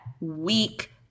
weak